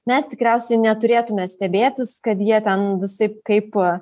mes tikriausiai neturėtume stebėtis kad jie ten visaip kaip